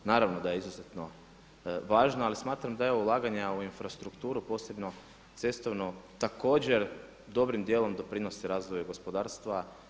Naravno da je izuzetno važno, ali smatram da je ovo ulaganje u infrastrukturu posebno cestovnu također dobrim dijelom doprinosi razvoju gospodarstva.